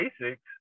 basics